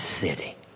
city